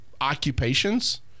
occupations